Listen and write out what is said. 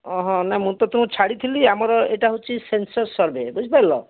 ନା ମୁଁ ତୁମକୁ ତ ଛାଡ଼ିଥିଲି ଆମର ଏଇଟା ହେଉଛି ସେନ୍ସର୍ ସର୍ଭେ ବୁଝିପାରିଲ